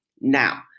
Now